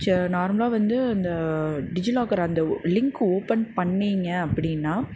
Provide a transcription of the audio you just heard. ச நார்மலாக வந்து அந்த டிஜி லாக்கர் அந்த ஒ லிங்க்கு ஓப்பன் பண்ணீங்க அப்படின்னா